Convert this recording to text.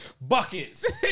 buckets